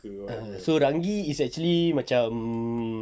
ah so ranggi is actually macam um